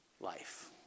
life